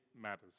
matters